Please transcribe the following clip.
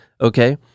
Okay